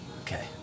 Okay